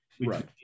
right